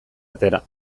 atera